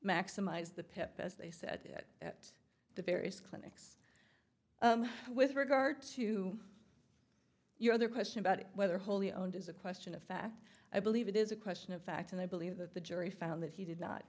maximize the pip as they set it at the various clinics with regard to your other question about whether wholly owned is a question of fact i believe it is a question of fact and i believe that the jury found that he did not